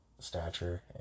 stature